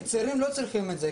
צעירים לא צריכים את זה,